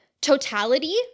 totality